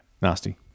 Nasty